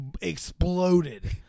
exploded